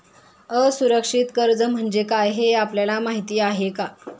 असुरक्षित कर्ज म्हणजे काय हे आपल्याला माहिती आहे का?